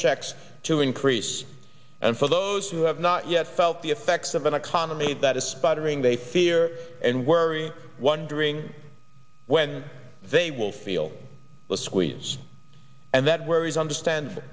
checks to increase and for those who have not yet felt the effects of an economy that is sputtering they fear and worry wondering when they will feel the squeeze and that worries understand